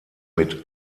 mit